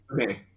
Okay